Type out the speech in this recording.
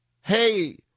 Hey